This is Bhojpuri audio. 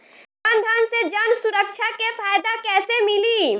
जनधन से जन सुरक्षा के फायदा कैसे मिली?